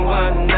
one